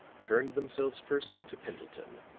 turned themselves first to pendleton,